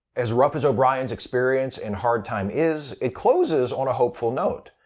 as rough as o'brien's experience in hard time is, it closes on a hopeful note.